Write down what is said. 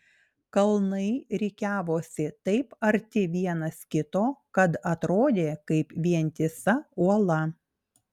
kalnai rikiavosi taip arti vienas kito kad atrodė kaip vientisa uola